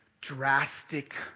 drastic